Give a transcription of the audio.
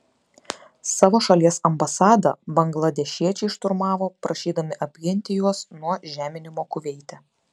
savo šalies ambasadą bangladešiečiai šturmavo prašydami apginti juos nuo žeminimo kuveite